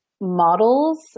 models